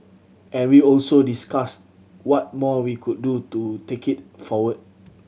and we also discussed what more we could do to take it forward